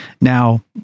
now